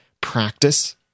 practice